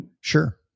sure